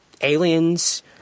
aliens